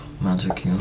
magic